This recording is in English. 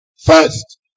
first